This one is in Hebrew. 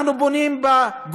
אנחנו בונים בגושים,